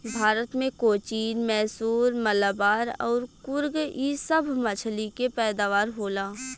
भारत मे कोचीन, मैसूर, मलाबार अउर कुर्ग इ सभ मछली के पैदावार होला